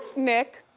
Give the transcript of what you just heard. nick,